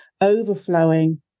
Overflowing